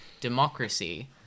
democracy